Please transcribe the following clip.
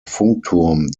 funkturm